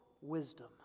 wisdom